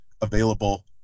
available